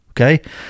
Okay